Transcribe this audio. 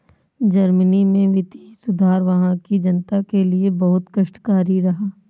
Germany में वित्तीय सुधार वहां की जनता के लिए बहुत कष्टकारी रहा